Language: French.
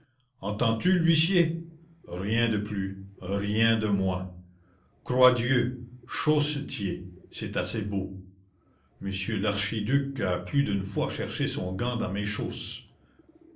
entends-tu l'huissier rien de plus rien de moins croix dieu chaussetier c'est assez beau monsieur l'archiduc a plus d'une fois cherché son gant dans mes chausses